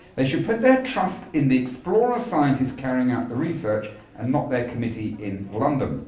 they should put their trust in the explorer scientist carrying out the research and not their committee in london.